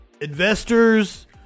Investors